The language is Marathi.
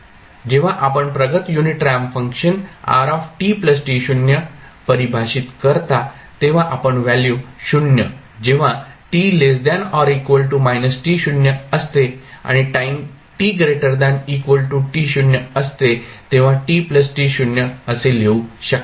जेव्हा आपण प्रगत युनिट रॅम्प फंक्शन परिभाषित करता तेव्हा आपण व्हॅल्यू 0 जेव्हा असते आणि टाईम असते तेव्हा असे लिहू शकता